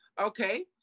Okay